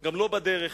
וגם לא רק בדרך.